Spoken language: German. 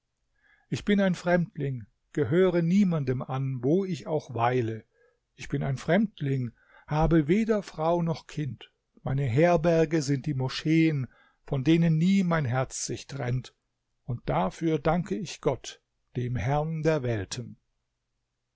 ich bin ein fremdling gehöre niemandem an wo ich auch weile ich bin ein fremdling habe weder frau noch kind meine herberge sind die moscheen von denen nie mein herz sich trennt und dafür danke ich gott dem herrn der welten